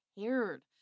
cared